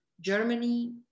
Germany